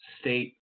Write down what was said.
state